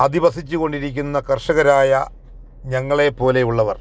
അധിവസിച്ചുകൊണ്ടിരിക്കുന്ന കർഷകരായ ഞങ്ങളെ പോലെ ഉള്ളവർ